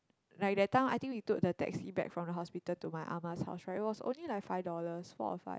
like that time I think we took the taxi back from the hospital to my ah ma's house right it was like only five dollars four or five